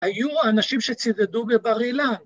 ‫היו אנשים שצידדו בבר אילן.